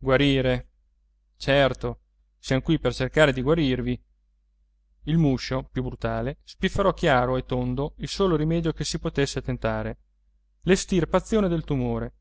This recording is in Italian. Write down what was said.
guarire certo siamo qui per cercar di guarirvi il muscio più brutale spifferò chiaro e tondo il solo rimedio che si potesse tentare l'estirpazione del tumore